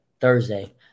Thursday